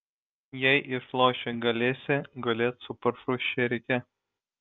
jei išloši galėsi gulėt su paršų šėrike